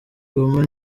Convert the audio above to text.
goma